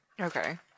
Okay